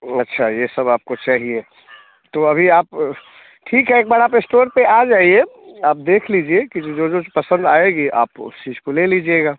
ओह अच्छा यह सब आपको चाहिए तो अभी आप ठीक है आप एक बार इस्टोर पर आ जाइए आप देख लीजिए कि जो जो पसंद आएगी आप उस चीज़ को ले लीजिएगा